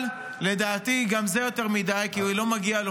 אבל לדעתי גם זה יותר מדי, כי לא מגיע לו.